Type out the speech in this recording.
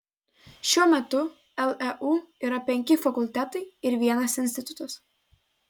šiuo metu leu yra penkis fakultetai ir vienas institutas